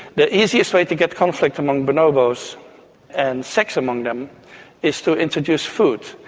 the easiest way to get conflict among bonobos and sex among them is to introduce food,